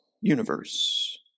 universe